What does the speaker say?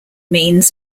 means